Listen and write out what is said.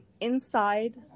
Inside